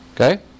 okay